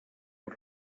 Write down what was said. els